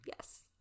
Yes